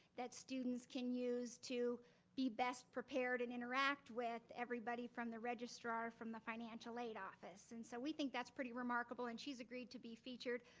that students can use to be best prepared and interact with everybody from the registrar, from the financial aid office. and so we think that's pretty remarkable and she's agreed to be featured.